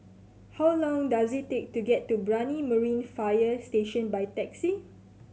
how long does it take to get to Brani Marine Fire Station by taxi